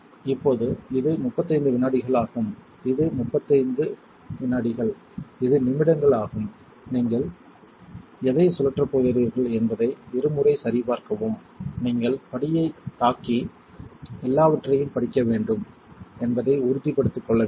இப்போது இது 35 வினாடிகள் ஆகும் இது நிமிடங்கள் ஆகும் நீங்கள் எதைச் சுழற்றப் போகிறீர்கள் என்பதை இருமுறை சரிபார்க்கவும் நீங்கள் படியைத் தாக்கி எல்லாவற்றையும் படிக்க வேண்டும் என்பதை உறுதிப்படுத்திக் கொள்ள வேண்டும்